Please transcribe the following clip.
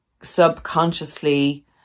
subconsciously